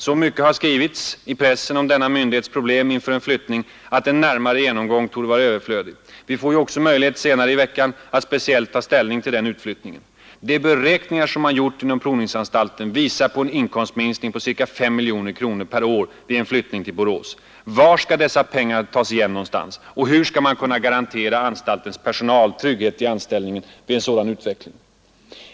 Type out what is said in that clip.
Så mycket har skrivits i pressen om denna myndighets problem inför en flyttning att en närmare genomgång torde vara överflödig. Vi får ju också möjlighet senare i veckan att speciellt ta ställning till den utflyttningen. De beräkningar som man gjort inom provningsanstalten visar på en inkomstminskning av ca 5 miljoner kronor per år vid en flyttning till Borås. Var skall dessa pengar tas igen någonstans? Och hur skall man kunna garantera anstaltens personal trygghet i anställningen vid en sådan utveckling?